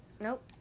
Nope